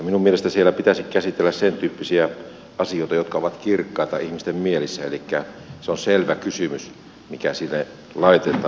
minun mielestäni siellä pitäisi käsitellä sentyyppisiä asioita jotka ovat kirkkaita ihmisten mielissä elikkä on selvä kysymys mikä sinne laitetaan